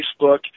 Facebook